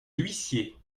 l’huissier